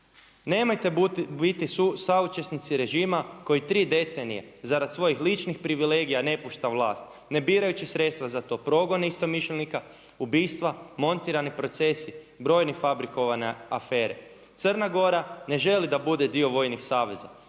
nemojte biti saučesnici režima koji tri decenije za rad svojih ličnih privilegija ne pušta vlast ne birajući sredstva za to, progone istomišljenika, ubistva, montirani procesi, brojne fabrikovane afere. Crna Gora ne želi da bude dio vojnih saveza,